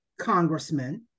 congressman